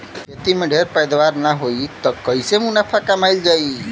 खेती में ढेर पैदावार न होई त कईसे मुनाफा कमावल जाई